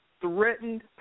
threatened